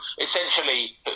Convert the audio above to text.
essentially